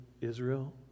Israel